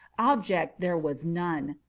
object there was none.